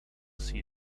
see